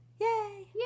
Yay